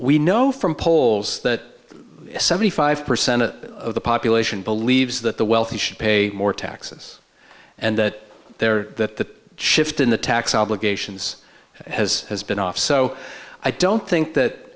we know from polls that seventy five percent of the population believes that the wealthy should pay more taxes and that there that the shift in the tax obligations has has been off so i don't think that